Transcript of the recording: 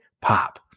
pop